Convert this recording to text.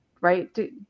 right